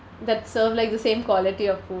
that serve like the same quality of food